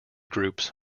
groups